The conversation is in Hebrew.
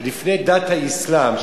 לפני דת האסלאם,